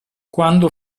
quando